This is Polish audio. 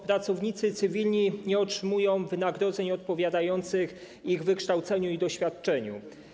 Pracownicy cywilni nie otrzymują wynagrodzeń odpowiadających ich wykształceniu i doświadczeniu.